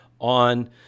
on